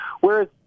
Whereas